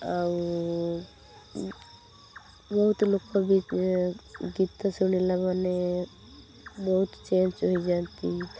ଆଉ ବହୁତ ଲୋକ ବି ଗୀତ ଶୁଣିଲା ମାନେ ବହୁତ ଚେଞ୍ଜ୍ ହୋଇଯାଆନ୍ତି